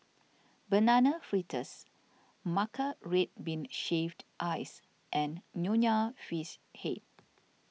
Banana Fritters Matcha Red Bean Shaved Ice and Nonya Fish Head